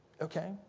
Okay